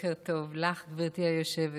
בוקר טוב לך, גברתי היושבת-ראש,